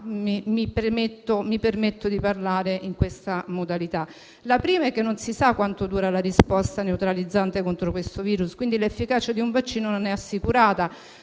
(mi permetto di parlare in questa modalità). La prima criticità è che non si sa quanto dura la risposta neutralizzante contro questo virus e, quindi, l'efficacia di un vaccino non è assicurata.